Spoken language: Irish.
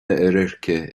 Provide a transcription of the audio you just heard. oirirce